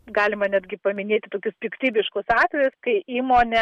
galima netgi paminėti tokius piktybiškus atvejus kai įmonė